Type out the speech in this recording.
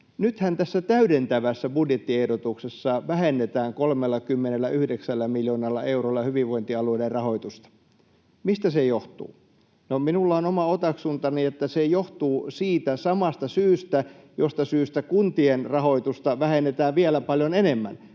Nythän tässä täydentävässä budjettiehdotuksessa vähennetään 39 miljoonalla eurolla hyvinvointialueiden rahoitusta. Mistä se johtuu? No, minulla on oma otaksuntani, että se johtuu siitä samasta syystä, josta syystä kuntien rahoitusta vähennetään vielä paljon enemmän,